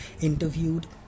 interviewed